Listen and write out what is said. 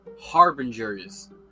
harbingers